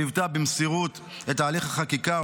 שליוותה במסירות את תהליך החקיקה,